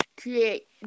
create